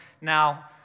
Now